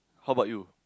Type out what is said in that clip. how about you